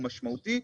עכשיו,